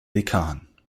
dekan